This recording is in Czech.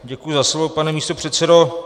Děkuji za slovo, pane místopředsedo.